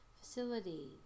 facility